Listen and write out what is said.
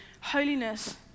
holiness